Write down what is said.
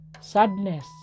sadness